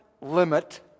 limit